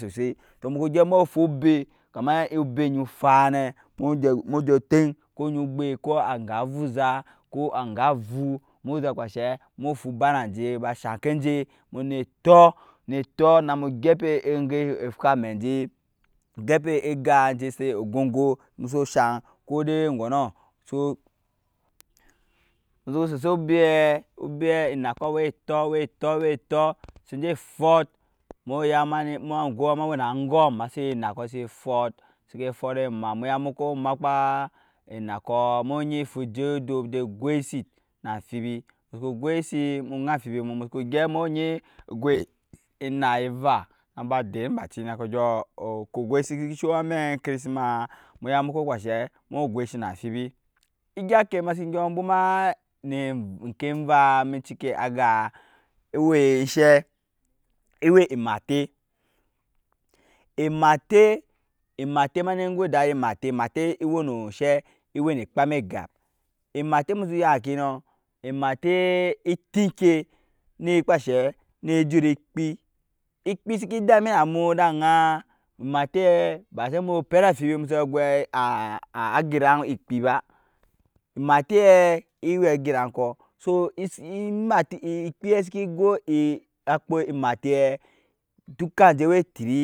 So sai to nuku gyɛp mu fu obe kama obe onyu faa ne muje muje teŋ ko nyu ogbe ko aga vuza ko anga avu mu je kpa enshee mu fa ba na nje ba shake ense ne tɔɔ ne tɔ na mu gyɛpe enge efwa amɛ nje gyɛpe egaa neje si o gɔngɔɔ musu shaŋ ko de ŋgɔnɔ su mu su sese obeɛ obeɛ enakɔ we tɔ we tɔ wetɔ se nje fɔt muya ma ni ma we na angom ema sin ye enakɔ se fot seke fɔt ema mu ga mu makpa enakɔɔ mu nyi fu je odop je goi si na amfibi musuku goi sii nu dai amfubu mu mu suku gyɛp mu nyi goi enak eva na mu ba den emba ci na mu guyɔɔ ku goi si suku sho amɛk enkeri sima muya muku kpaa enshee mu soi si na amfibi egya eŋke ma si gyɔɔ embwomma ne ŋke evaa eme ciki agaa ewe enshee ewe emate emate emate ema ni go dadi emate emate ewe nu onshee ewe nu kpam egap emate musu ya ŋke nɔ ematee eti nke ne kpa enshe ne ejut ekpi ekpi seke dami na mu eda aŋaa ematee ba se mu suku per amfibi mu su goi ekpi ba ematee ewe ageraŋ kɔ su ekpi seke ego akpo ematee duka nje we tiri.